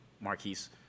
Marquise